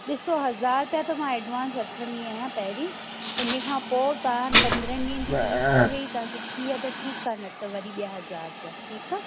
ॾिसो हज़ार रुपिया त मां एडवांस वठंदी आहियां पहिरीं उनखां पोइ तव्हां पंद्रहनि ॾींहनि जी फीस थी वई तव्हां सिखी आहे त ठीकु आहे न त वरी ॿिया हज़ार रुपिया ठीकु आहे